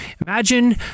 Imagine